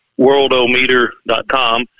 worldometer.com